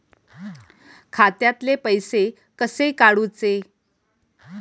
खात्यातले पैसे कसे काडूचे?